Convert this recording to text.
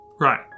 Right